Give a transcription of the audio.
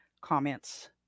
comments